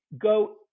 go